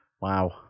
wow